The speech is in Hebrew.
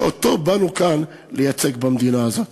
שאותו באנו לייצג כאן במדינה הזאת.